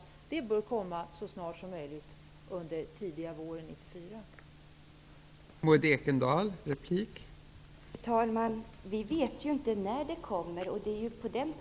Det bör i stället komma så snart som möjligt, någon gång tidigt på våren 1994.